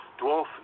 Dwarf